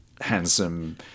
handsome